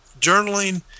journaling